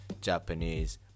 Japanese